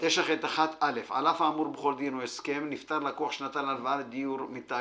"דחיית מועדי הפירעון של הלוואה לדיור בשל